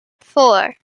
four